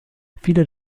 viele